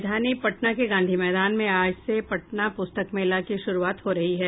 राजधानी पटना के गांधी मैदान में आज से पटना पुस्तक मेला की शुरूआत हो रही है